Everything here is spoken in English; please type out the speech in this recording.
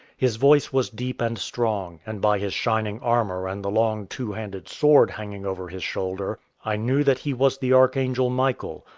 his voice was deep and strong, and by his shining armour and the long two-handed sword hanging over his shoulder i knew that he was the archangel michael,